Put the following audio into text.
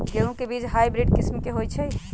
गेंहू के बीज हाइब्रिड किस्म के होई छई?